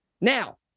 Now